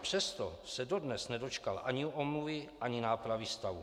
Přesto se dodnes nedočkal ani omluvy ani nápravy stavu.